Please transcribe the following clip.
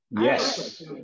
Yes